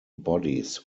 bodies